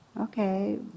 okay